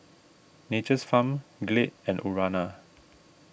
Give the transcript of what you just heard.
Nature's Farm Glade and Urana